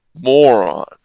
moron